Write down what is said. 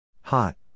Hot